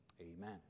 amen